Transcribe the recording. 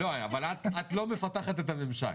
לא, אבל את לא מפתחת את הממשק.